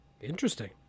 Interesting